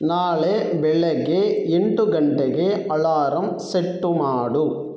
ನಾಳೆ ಬೆಳಿಗ್ಗೆ ಎಂಟು ಗಂಟೆಗೆ ಅಲಾರಮ್ ಸೆಟ್ಟು ಮಾಡು